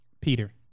Peter